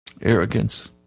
arrogance